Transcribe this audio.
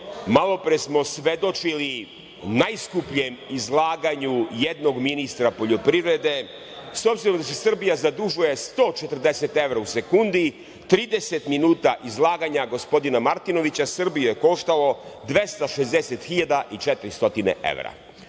malo pre smo svedočili najskupljem izlaganju jednog ministra poljoprivrede, s obzirom da se Srbija zadužuje 140 evra u sekundi, 30 minuta izlaganja gospodina Martinovića Srbiju je koštala 260 hiljada